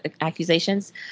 accusations—